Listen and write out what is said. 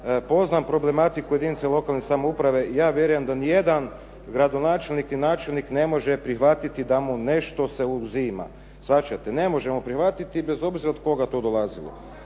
poznam problematiku jedinice lokalne samouprave. Ja vjerujem da nijedan gradonačelnik i načelnik ne može prihvatiti da mu nešto se uzima. Shvaćate? Ne možemo prihvatiti bez obzira od koga to dolazilo.